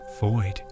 void